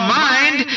mind